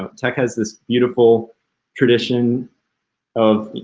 ah tech has this beautiful tradition of,